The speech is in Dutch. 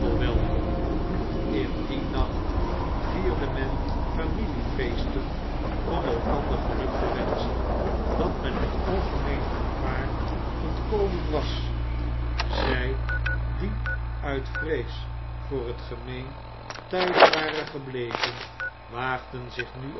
welkom in dien nacht vierde nen familiefeesten om elkander geluk te wenschen dat men het algemeen gevaar ontkomen was zij die uit vrees voor het gemeen thuis waren gebleven waagden zich nu